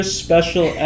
special